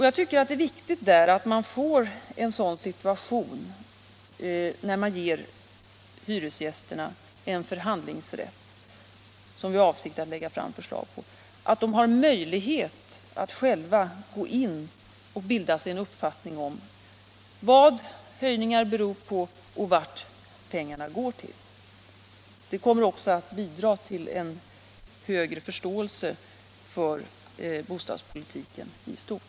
Jag tycker det är viktigt att hyresgästerna, när de får den förhandlingsrätt som det är avsikten att lägga fram förslag om, har möjlighet att själva gå in och bilda sig en uppfattning om vad höjningar beror på och vart pengarna går. Det kommer också att bidra till en bättre förståelse för bostadspolitiken i stort.